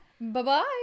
Bye-bye